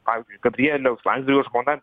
pavyzdžiui gabrieliaus landsbergio žmona